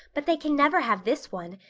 but they can never have this one.